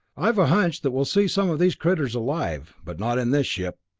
i've a hunch that we'll see some of these critters alive but not in this ship!